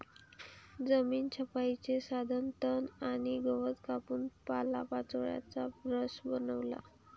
जमीन छपाईचे साधन तण आणि गवत कापून पालापाचोळ्याचा ब्रश बनवा